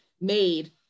made